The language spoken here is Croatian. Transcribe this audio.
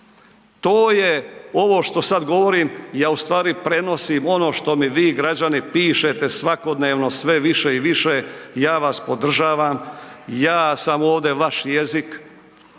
To je ovo što sad govorim, ja u stvari prenosim ono što mi vi građani pišete svakodnevno sve više i više i ja vas podržavam, ja sam ovdje vaš jezik,